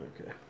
okay